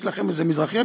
יש לכם איזה מזרחי?